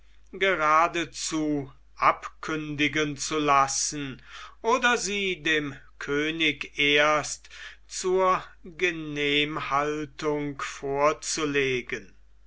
geradezu abkündigen zu lassen oder sie dem könig erst zur genehmhaltung vorzulegen